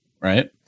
right